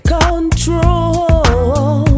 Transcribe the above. control